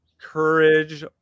courage